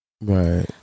Right